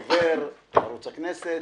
דובר, ערוץ הכנסת,